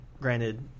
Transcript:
granted